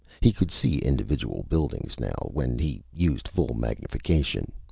he could see individual buildings now, when he used full magnification.